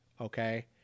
okay